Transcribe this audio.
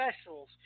specials